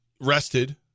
rested